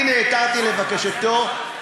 אני נעתרתי לבקשתו,